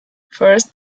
first